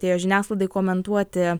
atėjo žiniasklaidai komentuoti